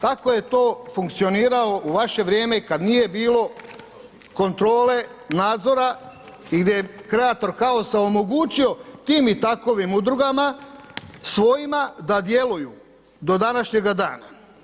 Tako je to funkcioniralo u vaše vrijeme i kad nije bilo kontrole, nadzora i gdje je kreator kaosa omogućio tim i takovim udrugama svojima da djeluju do današnjega dana.